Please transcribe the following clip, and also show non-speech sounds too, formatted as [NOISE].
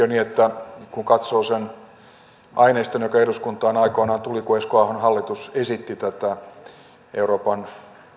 [UNINTELLIGIBLE] on niin että kun katsoo sen aineiston joka eduskuntaan aikoinaan tuli kun esko ahon hallitus esitti tätä euroopan